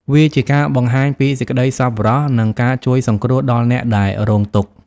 វាជាការបង្ហាញពីសេចក្តីសប្បុរស និងការជួយសង្គ្រោះដល់អ្នកដែលរងទុក្ខ។